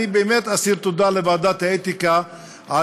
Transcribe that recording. אני באמת אסיר תודה לוועדת האתיקה על